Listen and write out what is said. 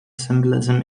symbolism